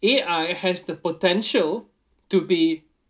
A_I has the potential to be